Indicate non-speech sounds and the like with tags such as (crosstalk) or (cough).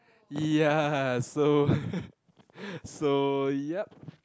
ya so (laughs) so yup